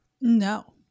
No